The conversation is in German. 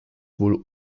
wohl